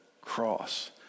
cross